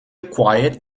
quiet